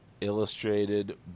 Illustrated